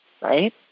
right